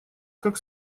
как